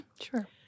Sure